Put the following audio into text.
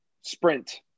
sprint